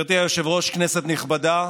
גברתי היושבת-ראש, כנסת נכבדה,